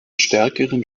stärkeren